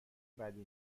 بدی